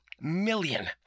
million